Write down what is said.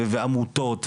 ועמותות,